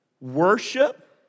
worship